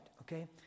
okay